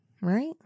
right